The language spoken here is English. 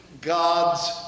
God's